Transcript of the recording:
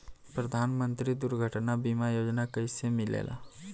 प्रधानमंत्री दुर्घटना बीमा योजना कैसे मिलेला?